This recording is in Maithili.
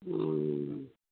ओ